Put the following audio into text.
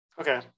Okay